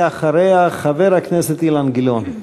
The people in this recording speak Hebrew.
אחריה, חבר הכנסת אילן גילאון.